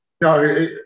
No